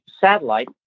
satellite